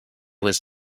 was